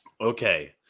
Okay